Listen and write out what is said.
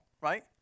right